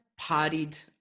partied